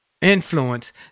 influence